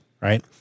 right